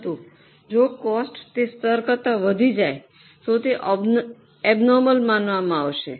પરંતુ જો કોસ્ટ તે સ્તર કરતાં વધી જાય તો તે ઐબ્નૉર્મલ માનવામાં આવશે